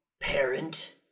parent